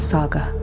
Saga